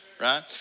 Right